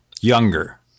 younger